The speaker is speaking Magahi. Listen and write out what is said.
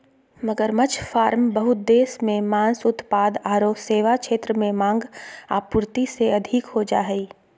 मगरमच्छ फार्म बहुत देश मे मांस उत्पाद आरो सेवा क्षेत्र में मांग, आपूर्ति से अधिक हो जा हई